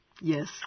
Yes